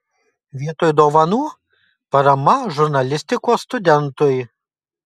vietoj dovanų parama žurnalistikos studentui